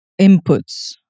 inputs